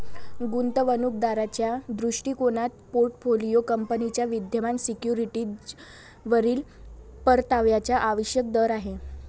गुंतवणूक दाराच्या दृष्टिकोनातून पोर्टफोलिओ कंपनीच्या विद्यमान सिक्युरिटीजवरील परताव्याचा आवश्यक दर आहे